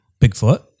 Bigfoot